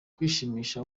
kwishimisha